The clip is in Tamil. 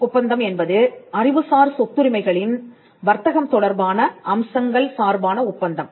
ட்ரிப்ஸ் ஒப்பந்தம் என்பது அறிவுசார் சொத்துரிமைகளின் வர்த்தகம் தொடர்பான அம்சங்கள் சார்பான ஒப்பந்தம்